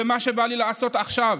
זה מה שבא לי לעשות עכשיו.